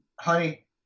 honey